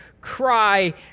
cry